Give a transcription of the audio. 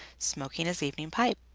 smoking his evening pipe.